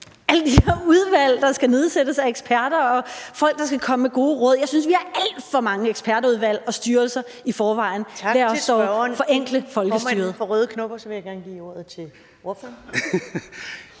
alle de her udvalg, der skal nedsættes, og om eksperter og folk, der skal komme med gode råd. Jeg synes, vi har alt for mange ekspertudvalg og styrelser i forvejen.